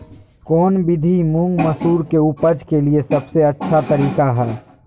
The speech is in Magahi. कौन विधि मुंग, मसूर के उपज के लिए सबसे अच्छा तरीका है?